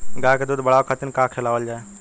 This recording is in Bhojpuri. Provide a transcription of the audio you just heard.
गाय क दूध बढ़ावे खातिन का खेलावल जाय?